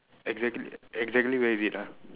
exactly exactly where is it ah